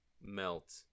melt